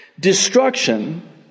destruction